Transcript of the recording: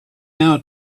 out